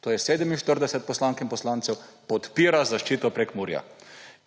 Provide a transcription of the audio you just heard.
to je 47 poslank in poslancev, podpira zaščito Prekmurja.